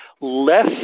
less